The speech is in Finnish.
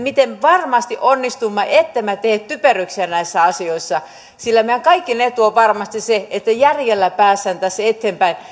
miten varmasti onnistumme ettemme tee typeryyksiä näissä asioissa sillä meidän kaikkien etu on varmasti se että järjellä päästään tässä eteenpäin